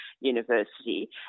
university